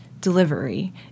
delivery